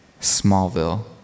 Smallville